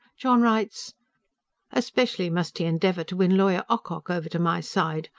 john writes especially must he endeavour to win lawyer ocock over to my side.